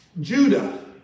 Judah